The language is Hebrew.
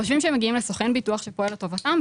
חושבים שהם מגיעים לסוכן ביטוח שפועל לטובתם,